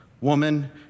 woman